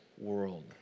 world